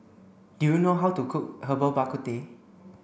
do you know how to cook Herbal Bak Ku Teh